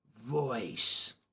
voice